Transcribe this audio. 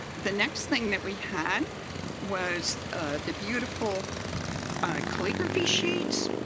the next thing that we had was the beautiful calligraphy sheets.